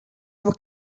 were